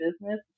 business